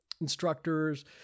instructors